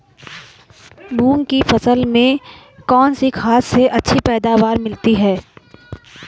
मूंग की फसल में कौनसी खाद से अच्छी पैदावार मिलती है?